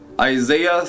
Isaiah